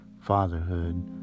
fatherhood